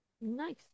Nice